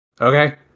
Okay